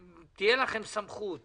תהיה לכם סמכות